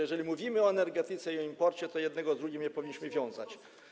Jeżeli mówimy o energetyce i o imporcie, to jednego z drugim nie powinniśmy wiązać.